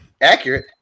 Accurate